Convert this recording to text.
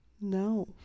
No